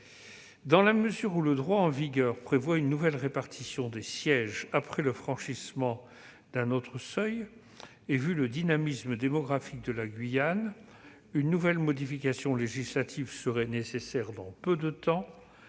Dans la mesure où le droit en vigueur prévoit une nouvelle répartition des sièges après le franchissement d'un autre seuil et vu le dynamisme démographique de la Guyane, une nouvelle modification législative serait nécessaire dans peu de temps.